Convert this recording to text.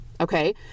okay